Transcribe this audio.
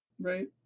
right